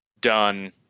done